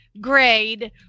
grade